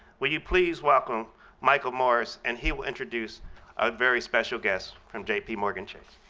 will you please welcome michael morris? and he will introduce a very special guest from jpmorgan chase.